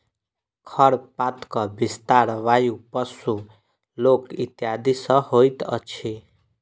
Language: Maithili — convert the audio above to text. खरपातक विस्तार वायु, पशु, लोक इत्यादि सॅ होइत अछि